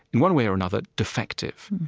in one way or another, defective.